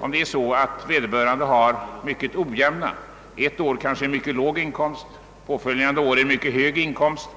Om någon har haft ojämna inkomster, alltså ett år mycket låg och följande år mycket hög inkomst,